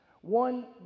One